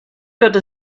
würde